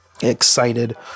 excited